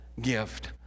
gift